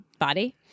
body